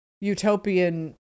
utopian